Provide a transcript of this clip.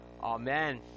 Amen